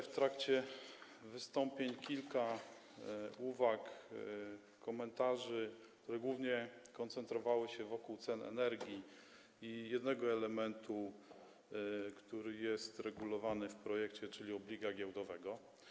W trakcie wystąpień padło kilka uwag, komentarzy, które głównie koncentrowały się wokół cen energii i jednego elementu, który jest regulowany w projekcie, czyli obliga giełdowego.